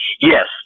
Yes